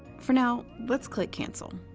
for now, let's click cancel.